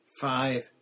five